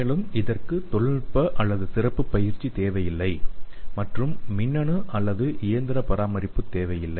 மேலும் இதற்கு தொழில்நுட்ப அல்லது சிறப்பு பயிற்சி தேவையில்லை மற்றும் மின்னணு அல்லது இயந்திர பராமரிப்பு தேவையில்லை